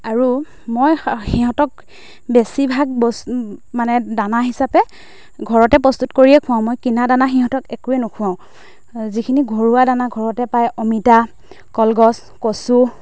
আৰু মই সিহঁতক বেছিভাগ বস্তু মানে দানা হিচাপে ঘৰতে প্ৰস্তুত কৰিয়ে খুৱাওঁ মই কিনা দানা সিহঁতক একোৱে নুখুৱাওঁ এ যিখিনি ঘৰুৱা দানা ঘৰতে পায় অমিতা কলগছ কচু